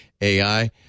AI